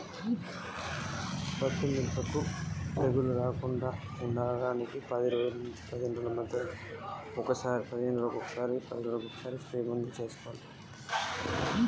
పత్తి మిరప పంటలను తెగులు కలగకుండా ఎలా జాగ్రత్తలు తీసుకోవాలి?